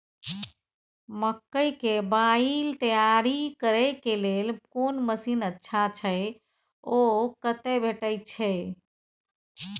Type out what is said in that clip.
मकई के बाईल तैयारी करे के लेल कोन मसीन अच्छा छै ओ कतय भेटय छै